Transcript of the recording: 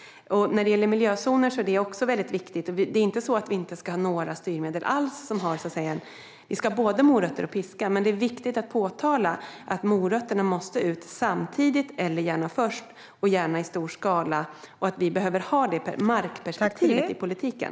Miljözoner är också viktiga. Vi ska ha både morötter och piska, men det är viktigt att påpeka att morötterna måste ut samtidigt eller gärna först, och gärna i stor skala, och att vi behöver ha detta markperspektiv i politiken.